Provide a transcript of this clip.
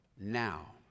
now